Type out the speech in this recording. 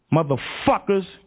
Motherfuckers